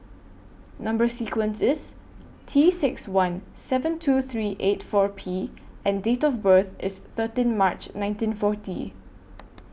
Number sequence IS T six one seven two three eight four P and Date of birth IS thirteen March nineteen forty